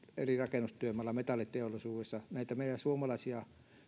eri rakennustyömailla metalliteollisuudessa näitä meidän suomalaisia